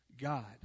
God